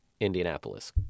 indianapolis